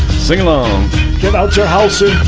sing-along get out your houses